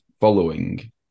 following